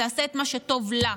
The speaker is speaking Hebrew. תעשה את מה שטוב לה,